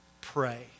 pray